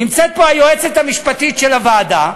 נמצאת פה היועצת המשפטית של הוועדה.